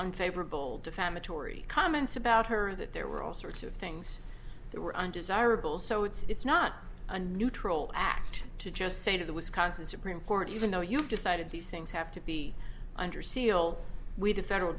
unfavorable defamatory comments about her that there were all sorts of things that were undesirable so it's not a neutral act to just say to the wisconsin supreme court even though you've decided these things have to be under seal we did federal